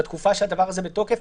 בתקופה שהדבר הזה בתוקף,